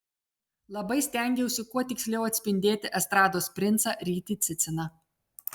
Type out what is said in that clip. labai stengiausi kuo tiksliau atspindėti estrados princą rytį ciciną